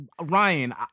Ryan